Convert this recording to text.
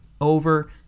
over